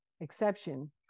exception